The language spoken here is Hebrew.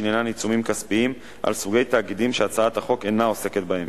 שעניינן עיצומים כספיים על סוגי תאגידים שהצעת החוק אינה עוסקת בהם.